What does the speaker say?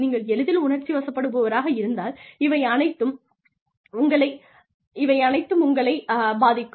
நீங்கள் எளிதில் உணர்ச்சி வசப்படுபவராக இருந்தால் இவை அனைத்தும் உங்களைப் பாதிக்கும்